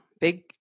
big